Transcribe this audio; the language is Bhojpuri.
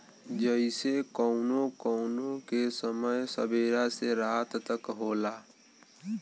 जइसे कउनो कउनो के समय सबेरा से रात तक क होला